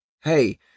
Hey